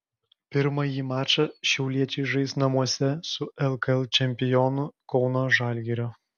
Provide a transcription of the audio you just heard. pirmąjį mačą šiauliečiai žais namuose su lkl čempionu kauno žalgiriu